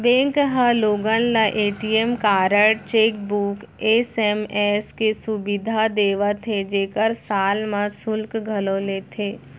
bank ह लोगन ल ए.टी.एम कारड, चेकबूक, एस.एम.एस के सुबिधा देवत हे जेकर साल म सुल्क घलौ लेथे